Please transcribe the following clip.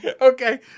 okay